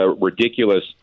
ridiculous